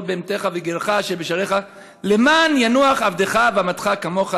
בהמתך וגרך אשר בשעריך למען ינוח עבדך ואמתך כמוך,